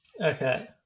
Okay